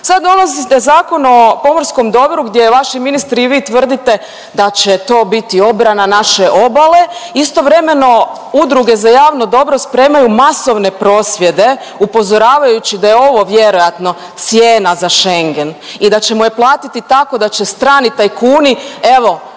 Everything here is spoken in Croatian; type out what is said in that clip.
Sad donosite Zakon o pomorskom dobru gdje vaši ministri i vi tvrdite da će to biti obrana naše obale, istovremeno udruge za javno dobro spremaju masovne prosvjede upozoravajući da je ovo vjerojatno cijena za Schengen i da ćemo je platiti tako da će strani tajkuni evo